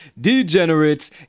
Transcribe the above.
degenerates